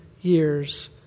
years